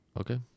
Okay